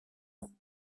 ans